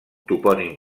topònim